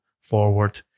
forward